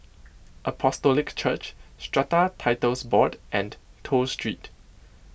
Apostolic Church Strata Titles Board and Toh Street